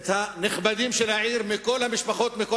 את הנכבדים של העיר מכל המשפחות ומכל